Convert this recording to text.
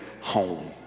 home